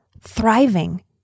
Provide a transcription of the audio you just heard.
thriving